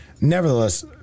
nevertheless